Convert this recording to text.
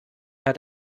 herr